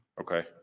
Okay